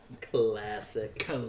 Classic